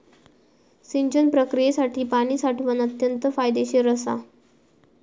सिंचन प्रक्रियेसाठी पाणी साठवण अत्यंत फायदेशीर असा